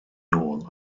nôl